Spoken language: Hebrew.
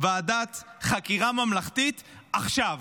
ועדת חקירה ממלכתית עכשיו.